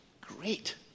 great